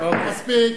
מספיק.